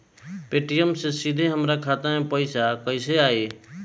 Paytm से सीधे हमरा खाता मे पईसा कइसे आई?